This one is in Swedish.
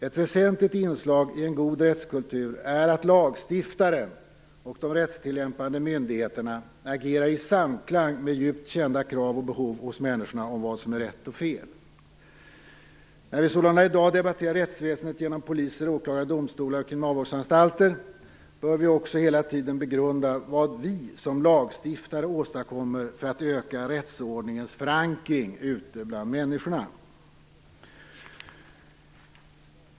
Ett väsentligt inslag i en god rättskultur är att lagstiftaren och de rättstillämpande myndigheterna agerar i samklang med djupt kända krav och behov hos människorna i fråga om vad som är rätt och fel. När vi sålunda i dag debatterar rättsväsendet genom poliser, åklagare, domstolar och kriminalvårdsanstalter bör vi också hela tiden begrunda vad vi som lagstiftare åstadkommer för att öka rättsordningens förankring ute bland människorna.